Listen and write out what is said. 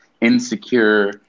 insecure